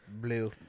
Blue